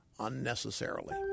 unnecessarily